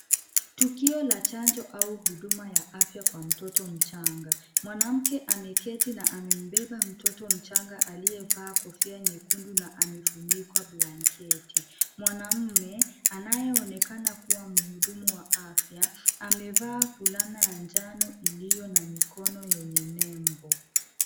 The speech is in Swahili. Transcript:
Tukio la chanjo au huduma ya afya kwa mtoto mchanga. Mwanamke ameketi na amembeba mtoto mchanga aliyevaa kofia nyekundu na amefunikwa blanketi. Mwanamume anayeonekana kuwa mhudumu wa afya amevaa fulana ya njano iliyo na mikono yenye nembo.